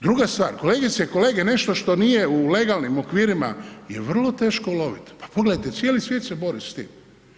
Druga stvar, kolegice i kolege, nešto što nije u legalnim okvirima je vrlo teško uloviti, pa pogledajte, cijeli svijet se bori s time.